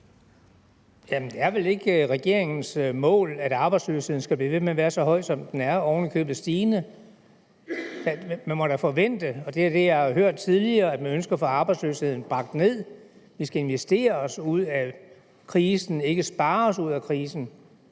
Jamen det er vel ikke regeringens mål, at arbejdsløsheden skal blive ved med at være så høj, som den er, og oven i købet er stigende? Man må da forvente, og det er det, jeg har hørt tidligere, at man ønsker at få arbejdsløsheden bragt ned. Vi skal investere os ud af krisen, ikke spare os ud af krisen.